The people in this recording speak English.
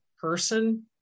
person